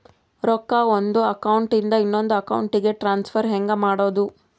ರೊಕ್ಕ ಒಂದು ಅಕೌಂಟ್ ಇಂದ ಇನ್ನೊಂದು ಅಕೌಂಟಿಗೆ ಟ್ರಾನ್ಸ್ಫರ್ ಹೆಂಗ್ ಮಾಡೋದು?